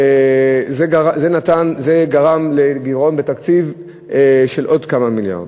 זה גרם לגירעון בתקציב של עוד כמה מיליארדים.